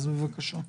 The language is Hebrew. בבקשה.